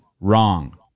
Wrong